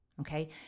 Okay